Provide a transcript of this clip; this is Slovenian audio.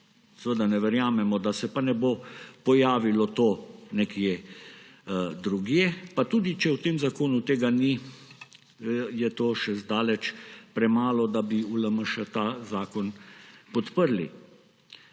seveda ne verjamemo, da se pa to ne bo pojavilo nekje drugje. Pa tudi, če v tem zakonu tega ni, je to še zdaleč premalo, da bi v LMŠ ta zakon podprli.